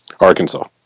Arkansas